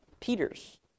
Peter's